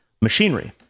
machinery